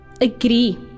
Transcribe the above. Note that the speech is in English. agree